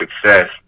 success